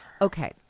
Okay